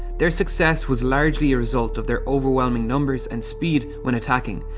their success was largely a result of their overwhelming numbers and speed when attacking,